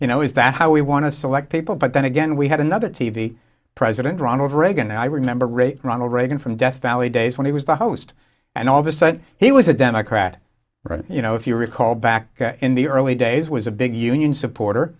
you know is that how we want to select people but then again we had another t v president ronald reagan i remember great ronald reagan from death valley days when he was the host and all of a sudden he was a democrat you know if you recall back in the early days was a big union supporter